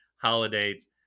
holidays